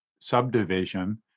subdivision